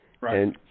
Right